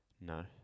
No